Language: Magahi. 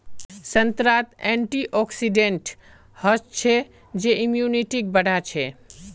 संतरात एंटीऑक्सीडेंट हचछे जे इम्यूनिटीक बढ़ाछे